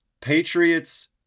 Patriots